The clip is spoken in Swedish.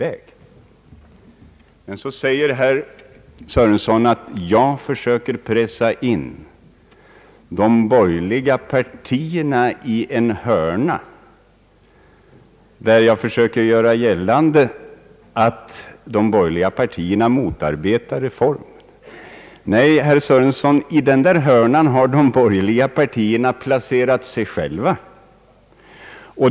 Herr Sörenson säger vidare att jag försöker pressa in de borgerliga partierna i en hörna då jag vill göra gällande att dessa partier motarbetar reformen. Nej, herr Sörenson! I den hörnan har de borgerliga partierna placerat sig själva.